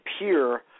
appear